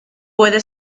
puede